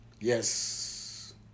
yes